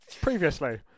previously